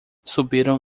subiram